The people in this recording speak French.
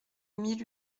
mille